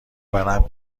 ورم